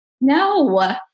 No